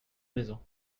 maison